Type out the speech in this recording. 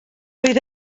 oedd